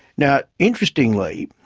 now interestingly,